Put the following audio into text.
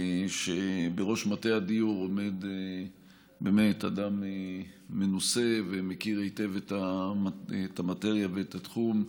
שבראש מטה הדיור עומד באמת אדם מנוסה שמכיר היטב את המאטריה ואת התחום,